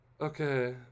Okay